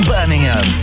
Birmingham